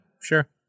sure